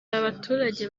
abaturage